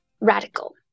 Radical